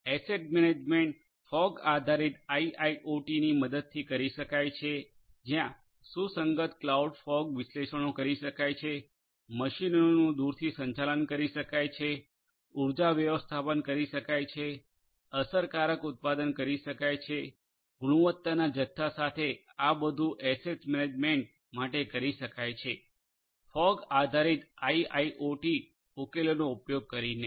asset management fog આધારિત આઇઆઈઓટીની મદદથી કરી શકાય છે જ્યાં સુસંગત ક્લાઉડ ફોગ વિશ્લેષણો કરી શકાય છે મશીનોનું દૂરથી સંચાલન કરી શકાય છે ઉર્જા વ્યવસ્થાપન કરી શકાય છે અસરકારક ઉત્પાદન કરી શકાય છે ગુણવત્તાના જથ્થા સાથે આ બધું એસેટ મેનેજમેન્ટ માટે કરી શકાય છે ફોગ આધારિત આઇઆઈઓટી ઉકેલોનો ઉપયોગ કરીને